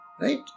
right